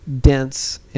dense